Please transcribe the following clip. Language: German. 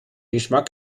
geschmack